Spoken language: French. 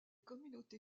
communautés